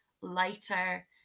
lighter